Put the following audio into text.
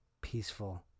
peaceful